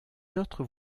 notre